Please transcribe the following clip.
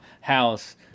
house